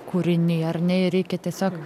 kūriniai ar ne reikia tiesiog